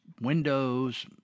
windows